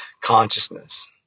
consciousness